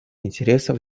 интересов